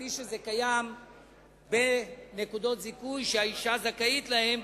כפי שזה קיים בנקודות זיכוי שהאשה זכאית להן,